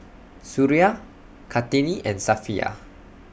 Suria Kartini and Safiya